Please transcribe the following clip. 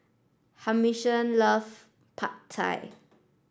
Humphrey love Pad Thai